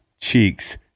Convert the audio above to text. cheeks